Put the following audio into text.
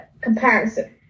comparison